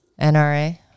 NRA